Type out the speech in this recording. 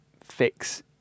fix